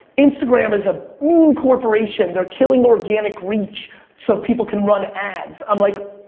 instagram is a mean corporation. they're killing organic reach so people can run ads. i'm like,